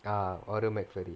ah oreo McFlurry